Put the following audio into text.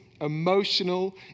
emotional